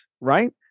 Right